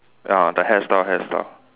ya the hairstyle hairstyle